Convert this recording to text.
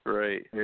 right